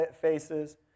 faces